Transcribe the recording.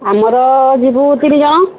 ଆମର ଯିବୁ ତିନିଜଣ